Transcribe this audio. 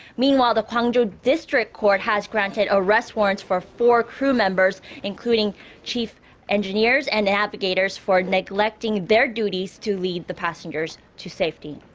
i mean the gwangju district court has granted arrest warrants for four crew members including chief engineers and navigators for neglecting their duties to lead the passengers to safety.